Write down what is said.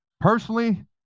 personally